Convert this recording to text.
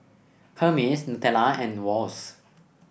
Hermes Nutella and Wall's